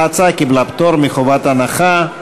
ההצעה קיבלה פטור מחובת הנחה.